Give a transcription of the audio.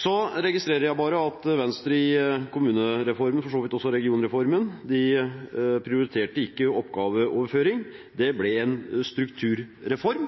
Jeg registrerer at Venstre i kommunereformen, for så vidt også i regionreformen, ikke prioriterte oppgaveoverføring. Det ble en strukturreform